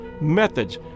methods